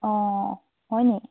অঁ হয় নি